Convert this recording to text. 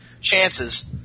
chances